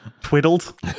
twiddled